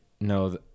No